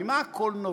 ממה הכול נובע?